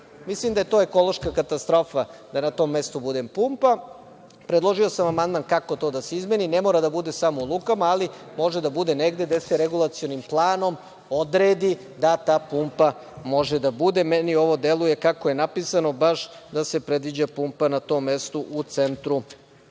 Mislim da je to ekološka katastrofa da na tom mestu bude pumpa. Predložio sam amandman kako da se to izmeni, ne mora da bude samo u lukama, ali može da bude negde gde se regulacionim planom odredi da ta pumpa može da bude. Meni ovo deluje kako je napisano, baš da se predviđa pumpa na tom mestu u centru